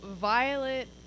violet